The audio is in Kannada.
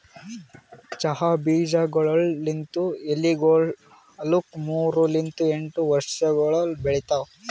ಚಹಾ ಬೀಜಗೊಳ್ ಲಿಂತ್ ಎಲಿಗೊಳ್ ಆಲುಕ್ ಮೂರು ಲಿಂತ್ ಎಂಟು ವರ್ಷಗೊಳ್ ಬೇಕಾತವ್